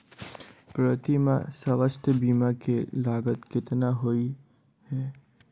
प्रति माह स्वास्थ्य बीमा केँ लागत केतना होइ है?